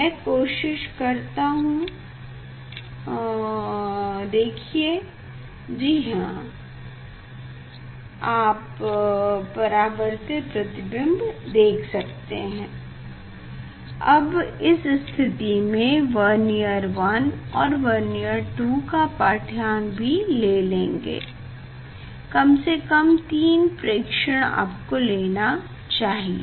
मैं कोशिश करता हूँ ये देखिए जी हाँ आप परावार्तित प्रतिबिंब देख सकते हैं अब इस स्थिति में वर्नियर 1 और वर्नियर 2 का पाढ़्यांक भी ले लेंगे कम से कम तीन प्रेक्षण आपको लेना चाहिए